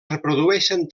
reprodueixen